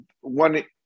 one